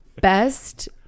best